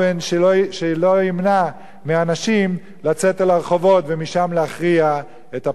שלא ימנע מאנשים לצאת לרחובות ומשם להכריע את הבחירות.